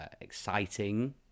exciting